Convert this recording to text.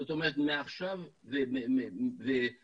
זאת אומרת מעכשיו ובעתיד